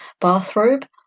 bathrobe